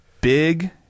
big